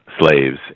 slaves